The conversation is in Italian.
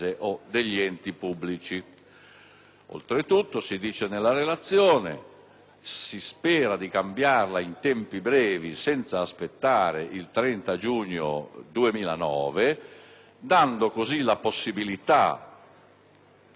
Oltretutto si dice nella relazione che si spera di cambiarla in tempi brevi senza aspettare il 30 giugno 2009, dando così la possibilità agli uffici giudiziari